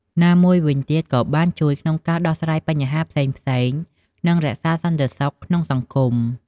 ណាមួយវិញទៀតក៏បានជួយក្នុងការដោះស្រាយបញ្ហាផ្សេងៗ និងរក្សាសន្តិសុខក្នុងសហគមន៍។